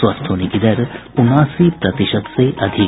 स्वस्थ होने की दर उनासी प्रतिशत से अधिक